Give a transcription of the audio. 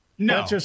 No